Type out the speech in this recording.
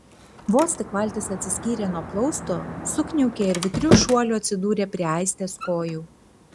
vos tik valtis atsiskyrė nuo plausto sukniaukė ir vikriu šuoliu atsidūrė prie aistės kojų